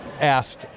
asked